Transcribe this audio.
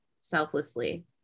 selflessly